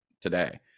today